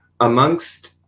amongst